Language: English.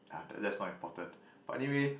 !aiya! that's not important but anyway